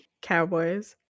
cowboys